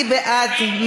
מי בעד?